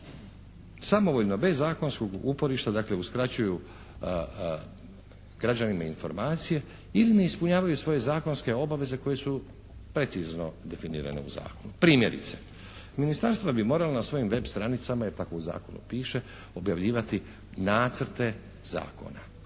samovoljno bez zakonskog uporišta dakle uskraćuju građanima informacije ili ne ispunjavaju svoje zakonske obveze koje su precizno definirane u zakonu. Primjerice: ministarstva bi morala na svojim web. Stranicama i tako u zakonu piše objavljivati nacrte zakona.